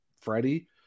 Freddie